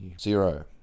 zero